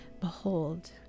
behold